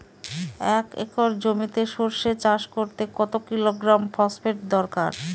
এক একর জমিতে সরষে চাষ করতে কত কিলোগ্রাম ফসফেট দরকার?